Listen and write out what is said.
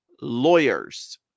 lawyers